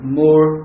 more